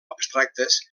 abstractes